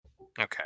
Okay